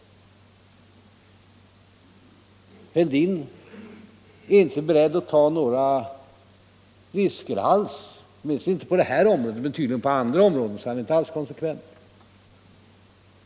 Herr Fälldin är inte beredd att ta risker alls — åtminstone inte på det här området men tydligen på andra områden, så han är inte alls konsekvent.